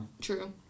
True